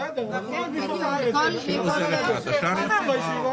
אז זה הרקע לחוק למעשה שאנחנו מדברים עליו,